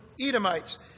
Edomites